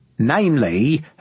namely